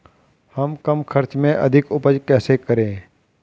हम कम खर्च में अधिक उपज कैसे करें?